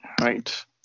right